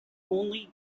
only